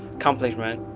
accomplishment,